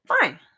Fine